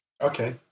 Okay